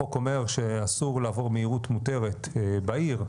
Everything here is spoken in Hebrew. לדוגמא, החוק אומר שאסור לעבור מהירות מותרת בעיר,